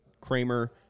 Kramer